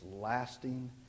lasting